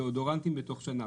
דיאודורנט בתוך שנה.